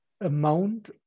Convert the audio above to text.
amount